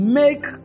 make